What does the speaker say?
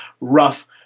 rough